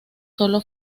solo